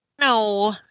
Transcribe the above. no